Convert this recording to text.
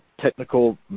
technical